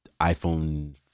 iPhone